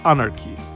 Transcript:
Anarchy